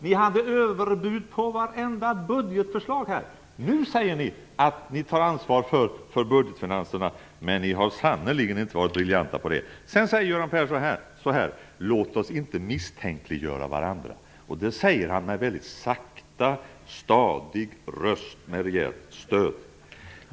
Ni hade överbud på varenda budgetförslag! Nu säger ni att ni tar ansvar för budgetfinanserna, men ni har sannerligen inte varit briljanta på det! Göran Persson säger: Låt oss inte misstänkliggöra varandra. Detta säger han långsamt, med stadig röst och rejält stöd.